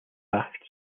rafts